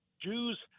Jews